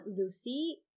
Lucy